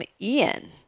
Ian